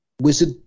Wizard